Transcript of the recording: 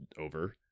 over